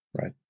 Right